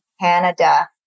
Canada